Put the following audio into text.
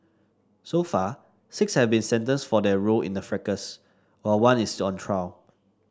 so far six have been sentenced for their role in the fracas while one is on trial